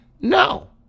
No